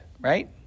right